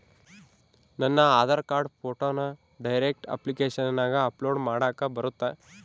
ನನ್ನ ಆಧಾರ್ ಕಾರ್ಡ್ ಫೋಟೋನ ಡೈರೆಕ್ಟ್ ಅಪ್ಲಿಕೇಶನಗ ಅಪ್ಲೋಡ್ ಮಾಡಾಕ ಬರುತ್ತಾ?